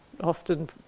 often